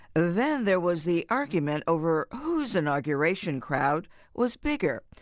then there was the argument over whose inauguration crowd was bigger,